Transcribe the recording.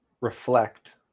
reflect